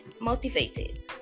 motivated